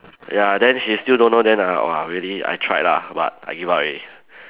ya then she still don't know then uh !wah! really I tried lah but I give up already